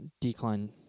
decline